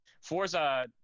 Forza